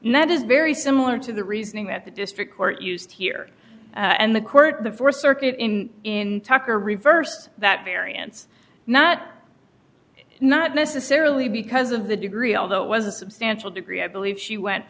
that is very similar to the reasoning that the district court used here and the court the th circuit in in tucker reversed that variance not not necessarily because of the degree although it was a substantial degree i believe she went